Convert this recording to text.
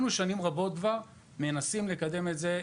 אנחנו מנסים כבר שנים רבות לקדם את זה,